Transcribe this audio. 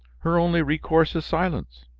her only recourse is silence.